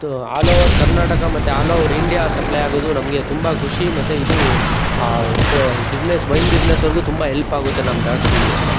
over Karnataka ಮತ್ತು all over India supply ಆಗೋದು ನಮಗೆ ತುಂಬ ಖುಷಿ ಮತ್ತು ಇದು ಬಿಸ್ನೆಸ್ ವೈನ್ ಬಿಸ್ನೆಸ್ಸೌರಿಗೂ ತುಂಬ ಹೆಲ್ಪ್ ಆಗುತ್ತೆ ನಮ್ಮ ದ್ರಾಕ್ಷಿಗಳೂ ಕೂಡ